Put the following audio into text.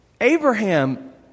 Abraham